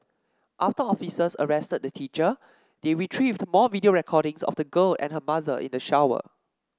after officers arrested the teacher they retrieved more video recordings of the girl and her mother in the shower